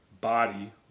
body